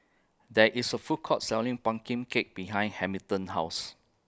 There IS A Food Court Selling Pumpkin Cake behind Hamilton's House